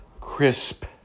crisp